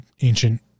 ancient